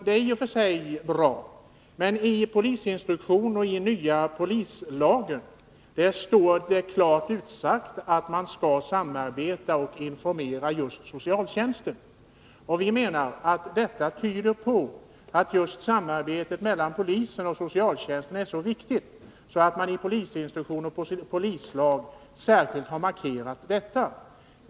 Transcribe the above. Det är i och för sig bra, men i polisinstruktionen och nya polislagen är det klart utsagt att man skall samarbeta med och informera just socialtjänsten. Vi menar att det tyder på att samarbetet just mellan polis och socialtjänst är viktigt, när man i polisinstruktionen och polislagen särskilt har markerat detta.